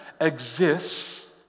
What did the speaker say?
exists